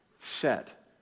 set